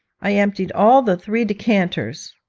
i emptied all the three decanters,